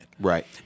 Right